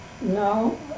No